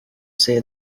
say